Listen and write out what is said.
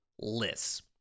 lists